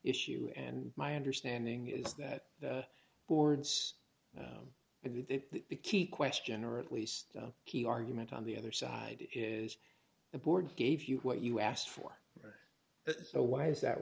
issue and my understanding is that the boards it would be keep question or at least he argument on the other side is the board gave you what you asked for it so why is that